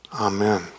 Amen